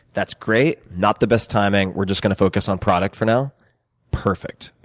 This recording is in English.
that's great. not the best timing. we're just going to focus on product for now perfect.